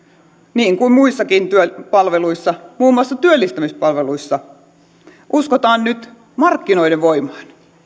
niin sote kuin muissakin palveluissa muun muassa työllistämispalveluissa uskotaan nyt markkinoiden voimaan